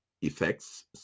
effects